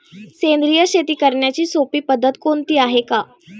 सेंद्रिय शेती करण्याची सोपी पद्धत कोणती आहे का?